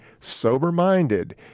sober-minded